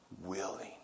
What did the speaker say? willing